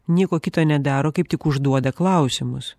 nieko kita nedaro kaip tik užduoda klausimus